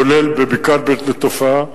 כולל בבקעת בית-נטופה,